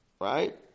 right